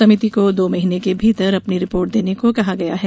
समिति को दो महीने के भीतर अपनी रिपोर्ट देने को कहा गया है